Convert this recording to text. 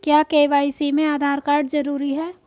क्या के.वाई.सी में आधार कार्ड जरूरी है?